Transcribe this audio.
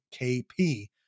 KP